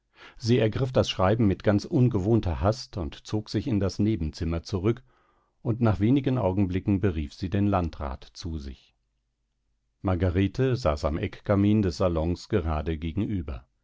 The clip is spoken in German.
sie ergriff das schreiben mit ganz ungewohnter hast und zog sich in das nebenzimmer zurück und nach wenigen augenblicken berief sie den landrat zu sich margarete saß dem eckkamin des salons gerade gegenüber